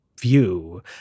view